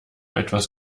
etwas